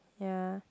ya